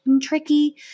tricky